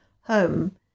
home